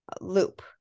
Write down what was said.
loop